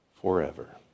forever